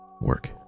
work